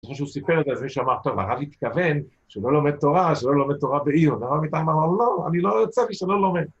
כמו שהוא סיפר את זה, אז מי שאמר, טוב, הרב יתכוון שלא לומד תורה, שלא לומד תורה בעיר. הרב איתי אמר, לא, אני לא יוצא משהו ללא לומד.